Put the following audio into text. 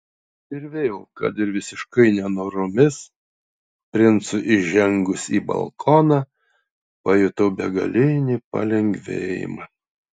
ir vėl kad ir visiškai nenoromis princui įžengus į balkoną pajutau begalinį palengvėjimą